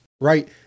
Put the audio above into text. Right